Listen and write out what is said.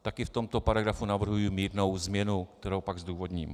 Taky v tomto paragrafu navrhuji mírnou změnu, kterou pak zdůvodním.